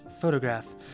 photograph